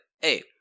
hey